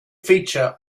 feature